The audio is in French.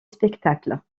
spectacle